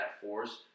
force